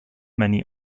many